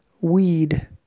weed